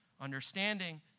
Understanding